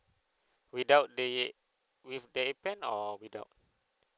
without the with the appen or without